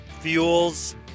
fuels